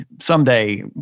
someday